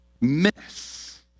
miss